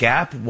Gap